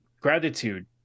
gratitude